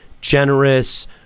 generous